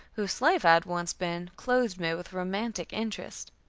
whose slave i had once been, clothed me with romantic interest.